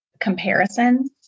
comparisons